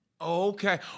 Okay